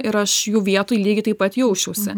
ir aš jų vietoj lygiai taip pat jausčiausi